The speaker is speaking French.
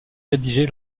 rédiger